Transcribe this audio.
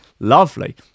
lovely